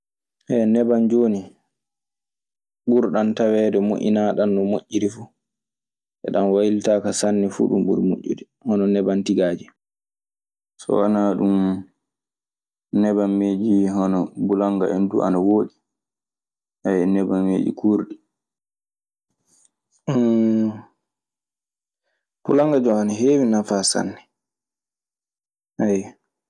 neban jooni, ɓurɗan taweede moƴƴinaaɗan no moƴƴiri fuu. Eɗan waylitaaka sanne fuu, ɗun ɓuri moƴƴude hono neban tigaaje. So wanaa ɗun, nebameeji hono kulanga en duu ana wooɗi. e nebameeji kuurɗi. Kulanga jon ana heewi nafaa sanne, ayyo.